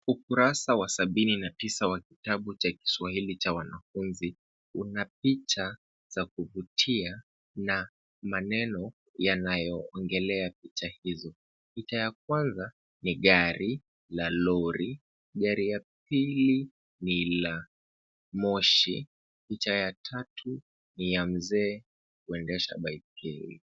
Ukurasa wa sabini na tisa wa kitabu cha Kiswahili cha wanafunzi, una picha za kuvutia na maneno yanayoongelea picha hizo. Picha ya kwanza ni gari la lori, gari la pili ni la moshi. Picha ya tatu ni ya mzee kuendesha baiskeli.